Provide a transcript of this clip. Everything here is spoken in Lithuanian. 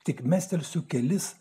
tik mestelsiu kelis